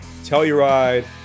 telluride